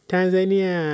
Tanzania